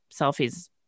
selfies